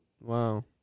Wow